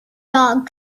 dog